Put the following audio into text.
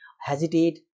hesitate